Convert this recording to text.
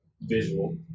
visual